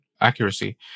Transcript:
accuracy